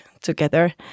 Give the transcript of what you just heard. together